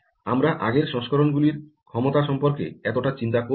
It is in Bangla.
আমরা আগের সংস্করণগুলির ক্ষমতা সম্পর্কে এতটা চিন্তা করব না